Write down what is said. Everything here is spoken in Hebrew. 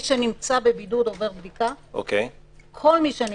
לשקול שופטים